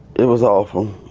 it was awful,